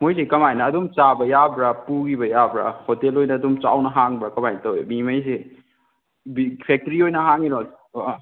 ꯃꯣꯏꯁꯦ ꯀꯃꯥꯏꯅ ꯑꯗꯨꯝ ꯆꯥꯕ ꯌꯥꯕ꯭ꯔꯥ ꯄꯨꯈꯤꯕ ꯌꯥꯕ꯭ꯔꯥ ꯍꯣꯇꯦꯜ ꯑꯣꯏꯅ ꯑꯗꯨꯝ ꯆꯥꯎꯅ ꯍꯥꯡꯕ꯭ꯔꯥ ꯀꯃꯥꯏꯅ ꯇꯧꯋꯤ ꯃꯤ ꯉꯩꯁꯤ ꯐꯦꯛꯇ꯭ꯔꯤ ꯑꯣꯏꯅ ꯍꯥꯡꯉꯤꯔꯣ ꯑꯣ ꯑꯥ